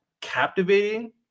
captivating